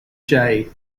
jay